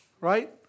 right